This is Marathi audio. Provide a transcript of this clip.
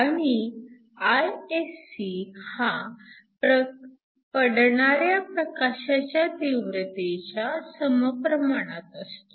आणि Isc हा पडणाऱ्या प्रकाशाच्या तीव्रतेच्या सम प्रमाणात असतो